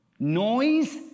Noise